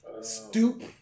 Stoop